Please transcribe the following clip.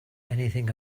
anything